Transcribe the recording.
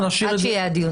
עד שיהיה הדיון.